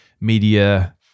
media